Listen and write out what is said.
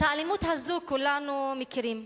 את האלימות הזאת כולנו מכירים,